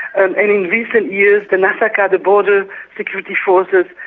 ah and in recent years the nasaka, the border security forces,